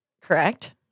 Correct